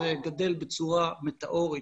זה גדל בצורה מטאורית,